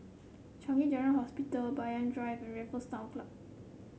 Changi General Hospital Banyan Drive Raffles Town Club